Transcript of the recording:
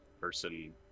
person